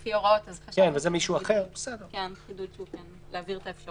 לא כולל את זה אז צריך להבהיר את האפשרות.